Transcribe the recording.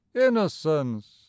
innocence